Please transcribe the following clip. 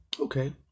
Okay